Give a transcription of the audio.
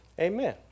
Amen